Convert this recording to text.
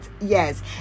Yes